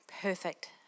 perfect